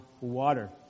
water